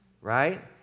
right